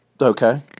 Okay